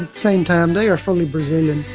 and same time, they are fully brazilian